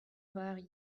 vari